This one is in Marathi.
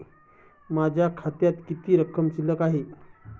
माझ्या खात्यात किती रक्कम शिल्लक आहे?